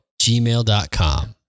gmail.com